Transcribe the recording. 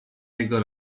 jego